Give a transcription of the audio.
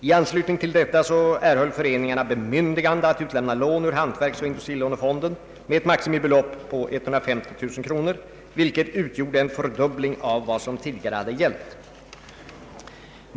I anslutning härtill erhöll föreningarna bemyndigande att utlämna lån ur hantverksoch industrilånefonden till ett maximibelopp av 150 000 kronor, vilket innebar en fördubbling av vad som tidigare gällt.